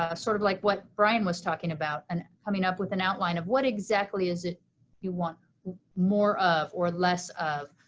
ah sort of like what brian was talking about and coming up with an outline of what exactly is it you want more of or less of?